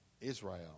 Israel